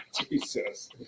Jesus